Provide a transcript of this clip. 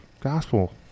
gospel